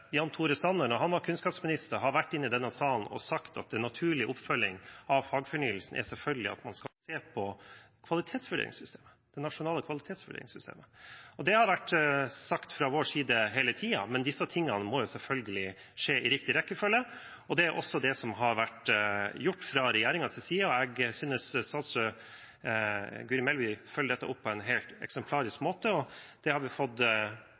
Jan Tore Sanner, da han var kunnskapsminister, har vært inne i denne salen og sagt at en naturlig oppfølging av fagfornyelsen er selvfølgelig at man skal se på det nasjonale kvalitetsvurderingssystemet. Det har vært sagt fra vår side hele tiden, men disse tingene må selvfølgelig skje i riktig rekkefølge. Det er også det som har vært gjort fra regjeringens side, og jeg synes statsråd Guri Melby følger dette opp på en helt eksemplarisk måte. Det har vi fått